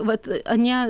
vat anie